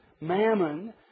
mammon